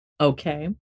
okay